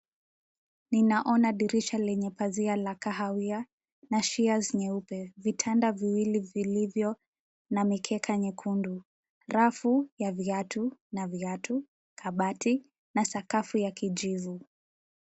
Ninaona dirisha lenye pazia la kahawia na sheers nyeupe, vitanda viwili vilivyo na mikeka nyekundu, rafu ya viatu na viatu, kabati na sakafu ya kijivu.